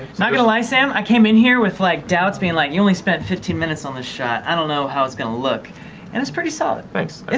not gonna lie sam i came in here with like, doubts being like, you only spent fifteen minutes on this shot i don't know how it's gonna look and it's pretty solid thanks.